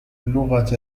اللغة